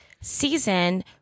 season